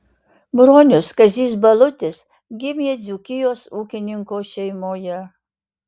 bronius kazys balutis gimė dzūkijos ūkininko šeimoje